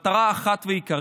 לכינוס הייתה מטרה אחת עיקרית: